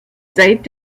seit